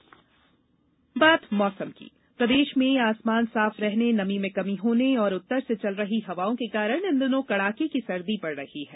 मौसम ठंड प्रदेश में आसमान साफ रहने नमी में कमी होने और उत्तर से चल रही हवाओं के कारण इन दिनों कड़ाके की सर्दी पड़ रही है